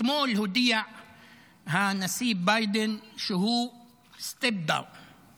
אתמול הודיע הנשיא ביידן שהואsteps down ,